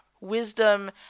Wisdom